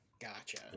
Gotcha